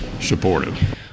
supportive